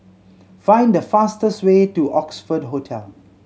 find the fastest way to Oxford Hotel